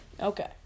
Okay